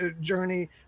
journey